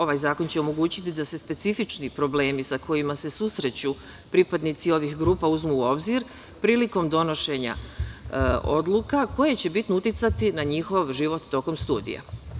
Ovaj zakon će omogućiti da se specifični problemi sa kojima se susreću pripadnici ovih grupa uzmu u obzir prilikom donošenja odluka koje će bitno uticati na njihov život tokom studija.